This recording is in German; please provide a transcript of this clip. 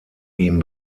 ihm